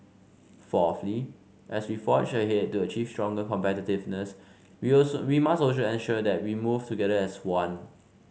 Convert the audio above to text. fourthly as we forge ahead to achieve stronger competitiveness we also we must also ensure that we move together as one